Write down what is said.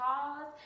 cause